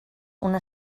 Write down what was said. una